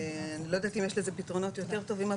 אני לא יודעת אם יש לזה פתרונות יותר טובים,